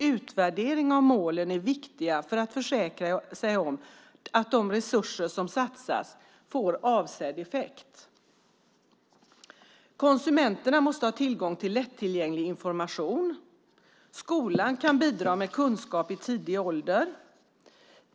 Utvärdering av målen är viktigt för att man ska försäkra sig om att de resurser som satsas får avsedd effekt. Konsumenterna måste ha tillgång till lättillgänglig information. Skolan kan bidra med kunskap i tidig ålder.